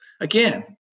Again